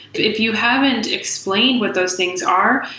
if you haven't explained what those things are,